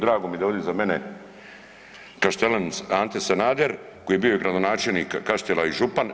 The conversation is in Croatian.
Drago je da je ovdje iza mene Kaštelan Ante Sanader koji je bio i gradonačelnik Kaštela i župan.